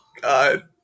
God